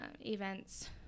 events